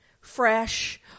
fresh